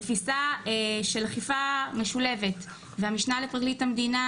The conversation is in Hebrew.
בתפיסה של אכיפה משולבת והמשנה לפרקליט המדינה